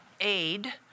aid